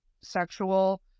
sexual